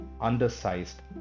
undersized